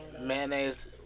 Mayonnaise